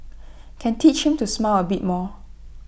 can teach him to smile A bit more